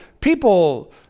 people